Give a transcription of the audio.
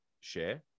share